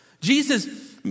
Jesus